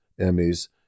Emmys